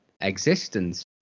existence